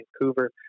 Vancouver